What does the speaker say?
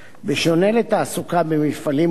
בשונה מתעסוקה במפעלים מוגנים,